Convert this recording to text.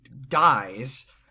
dies